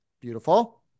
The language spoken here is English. Beautiful